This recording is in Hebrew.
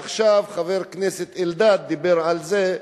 עכשיו חבר הכנסת אלדד דיבר על זה,